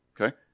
okay